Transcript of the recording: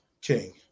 King